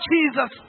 Jesus